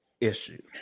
issue